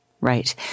Right